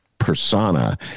persona